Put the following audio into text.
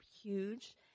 huge